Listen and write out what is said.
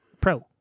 pro